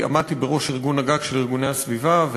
עמדתי בראש ארגון-הגג של ארגוני הסביבה,